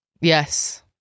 Yes